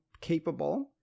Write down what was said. capable